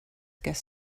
gas